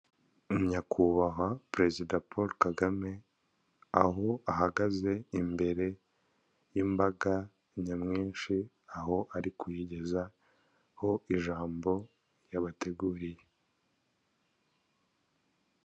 Nyakubahwa perezida Paul Kagame, aho ahagaze imbere y'imbaga nyamwinshi, aho ari kuyigezaho ijambo yabateguriye.